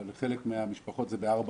אבל בחלק מהמשפחות זה ב-16:40,